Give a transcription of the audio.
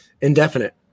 indefinite